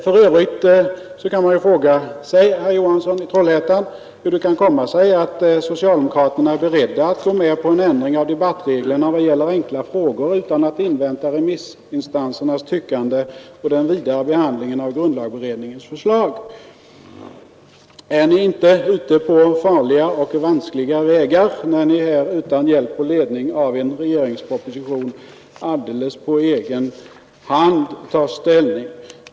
För övrigt kan man fråga sig, herr Johansson i Trollhättan, hur det kan komma sig att socialdemokraterna är beredda att gå med på en ändring av debattreglerna i vad gäller enkla frågor utan att invänta remissinstanser nas tyckande och den vidare behandlingen av grundlagberedningens förslag. Är ni inte ute på farliga och vanskliga vägar, när ni här utan hjälp och ledning av en regeringsproposition alldeles på egen hand tar ställning?